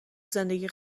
زندگی